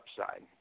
upside